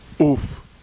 Oof